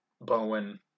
Bowen